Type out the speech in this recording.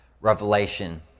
Revelation